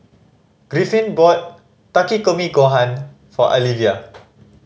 Griffin bought Takikomi Gohan for Alivia